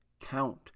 count